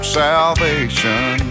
salvation